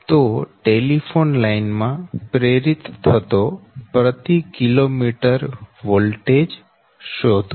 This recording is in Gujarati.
તો ટેલિફોન લાઈન માં પ્રેરિત થતો પ્રતિ કિલોમીટર વોલ્ટેજ શોધો